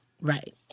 Right